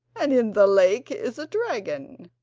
and in the lake is a dragon,